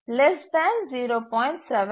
7 0